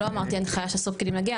לא אמרתי הנחייה שאסור לפקידים להגיע,